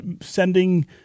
sending